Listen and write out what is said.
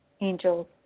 Angels